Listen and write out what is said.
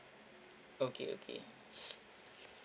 okay okay